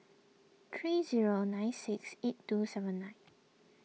three zero nine six eight two seven nine